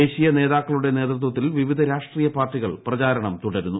ദേശീയ നേതാക്ക ളുടെ നേതൃത്വത്തിൽ വിവിധ രാഷ്ട്രീയ പാർട്ടികൾ പ്രചാരണം തുടരുന്നു